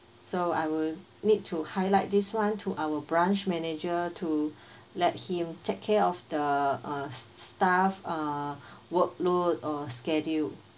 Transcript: so I will need to highlight this one to our branch manager to let him take care of the uh staff uh workload or schedule